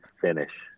finish